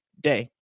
day